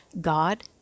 God